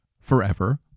forever